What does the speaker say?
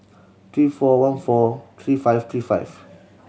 three four one four three five three five